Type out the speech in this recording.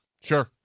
Sure